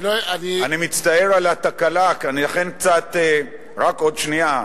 אני מצטער על התקלה, כי אני קצת, רק עוד שנייה.